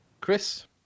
Chris